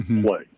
play